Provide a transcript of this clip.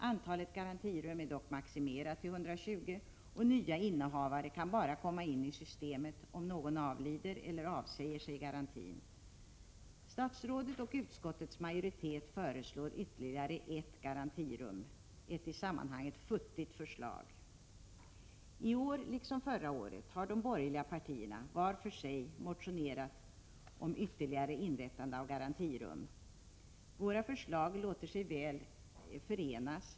Antalet garantirum är dock maximerat till 120, och nya innehavare kan bara komma in i systemet om någon avlider eller avsäger sig garantin. Statsrådet och utskottets majoritet föreslår ytterligare 1 garantirum — ett i sammanhanget futtigt förslag. I år liksom förra året har de borgerliga partierna vart för sig motionerat om inrättandet av ytterligare garantirum. Våra förslag låter sig väl förenas.